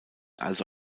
also